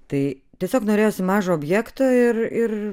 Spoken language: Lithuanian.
tai tiesiog norėjosi mažo objekto ir ir